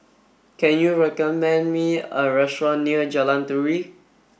can you recommend me a restaurant near Jalan Turi